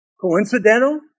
Coincidental